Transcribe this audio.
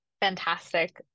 fantastic